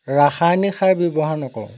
ৰাসায়নিক সাৰ ব্যৱহাৰ নকৰোঁ